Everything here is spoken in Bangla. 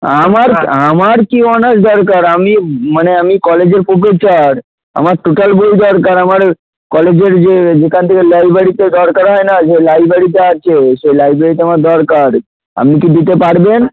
আমার আমার কি অনার্স দরকার আমি মানে আমি কলেজের প্রফেসর আমার টোটাল বই দরকার আমার এ কলেজের যে এখান থেকে লাইব্রেরিতে দরকার হয় না যে লাইব্রেরিতে আচে সেই লাইব্রেরিতে আমার দরকার আপনি কি দিতে পারবেন